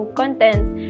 contents